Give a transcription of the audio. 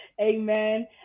Amen